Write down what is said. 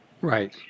Right